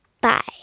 bye